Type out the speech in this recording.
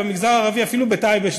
אפילו בטייבה,